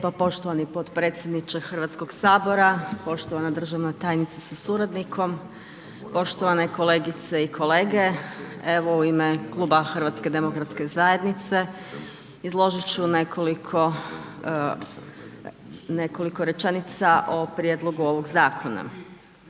poštovani potpredsjedniče Hrvatskog sabora, poštovana državna tajnice sa suradnikom, poštovane kolegice i kolege. Evo u ime kluba HDZ-a izložit ću nekoliko rečenica o prijedlogu ovog zakona.